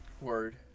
Word